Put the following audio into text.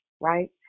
right